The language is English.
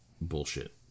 bullshit